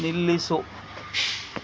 ನಿಲ್ಲಿಸು